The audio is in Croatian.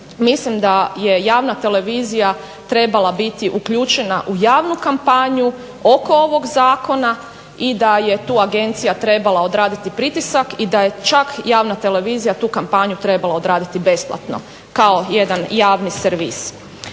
Mislim da je javna televizija trebala biti uključena u javnu kampanju oko ovog zakona i da je tu agencija trebala odraditi pritisak i da je čak javna televizija tu kampanju trebala odraditi besplatno kao jedan javni servis.